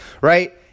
right